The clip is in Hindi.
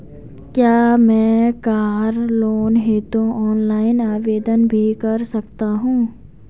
क्या मैं कार लोन हेतु ऑनलाइन आवेदन भी कर सकता हूँ?